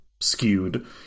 skewed